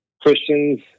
Christians